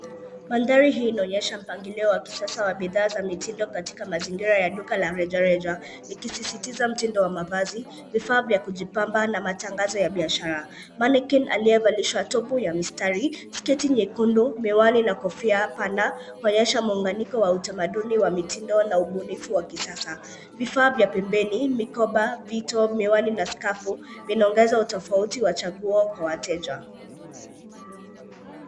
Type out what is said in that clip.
Mandhari hii ina onyesha mpangilio wa kisasa wa bidhaa za mitindo katika mazingira ya duka la rejareja, ikisisitiza mtindo wa mavazi, vifaa ya kujipamba na matangazo ya biashara. Mannequin aliye valishwa topu ya mistari, sketi nyekundu, miwani na kofia pana kuonyesha muanganiko wa utamaduni wa mitindo na ubunifu wa kisasa. Vifaa vya pembeni mikoba vito miwani na skafu vinaongeza utafauti wa chaguo kwa wateja.